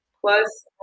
Plus